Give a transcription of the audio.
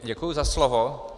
Děkuji za slovo.